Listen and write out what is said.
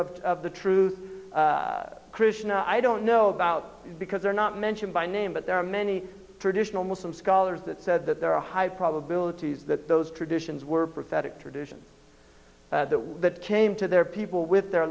messenger of the truth krishna i don't know about because they are not mentioned by name but there are many traditional muslim scholars that said that there are high probabilities that those traditions were prophetic tradition that came to their people with their